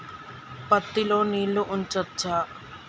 పత్తి లో నీళ్లు ఉంచచ్చా?